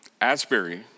Asbury